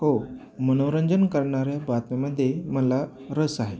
हो मनोरंजन करणाऱ्या बातम्यामध्ये मला रस आहे